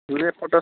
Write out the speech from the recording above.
urea potash